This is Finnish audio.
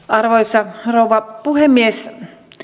arvoisa rouva puhemies